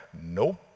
Nope